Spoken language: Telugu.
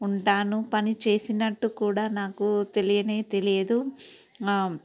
ఉంటాను పని చేసినట్టు కూడా నాకు తెలియనే తెలియదు